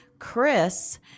Chris